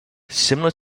similar